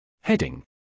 Heading